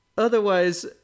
Otherwise